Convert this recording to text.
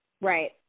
Right